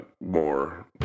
more